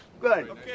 good